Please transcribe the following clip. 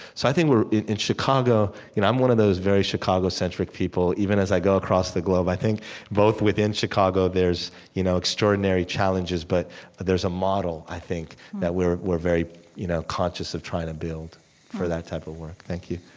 so, i think in in chicago you know i'm one of those very chicago-centric people even as i go across the globe i think both within chicago there's you know extraordinary challenges, but there's a model, i think, that we're we're very you know conscious of trying to build for that type of work. thank you.